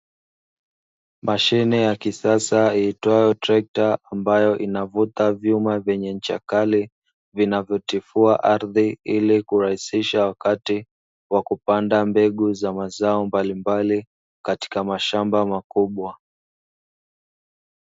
Mashine ya kisasa iitwayo trekta, ambayo inavuta vyuma vyenye ncha kali vinavyotifua ardhi, ili kurahisisha wakati wa kupanda mbegu za mazao mbalimbali, katika mashamba makubwa.